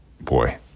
boy